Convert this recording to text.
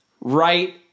right